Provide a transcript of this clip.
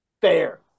fair